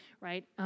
right